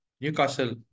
Newcastle